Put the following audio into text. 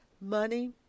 money